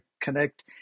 connect